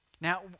Now